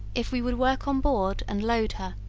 if we would work on board and load her,